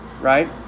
right